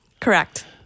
Correct